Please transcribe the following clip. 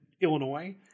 Illinois